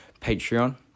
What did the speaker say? Patreon